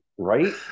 Right